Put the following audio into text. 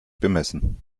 bemessen